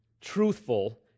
truthful